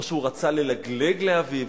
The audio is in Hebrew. או שהוא רצה ללגלג על אביו,